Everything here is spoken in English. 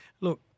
Look